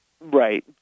Right